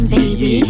baby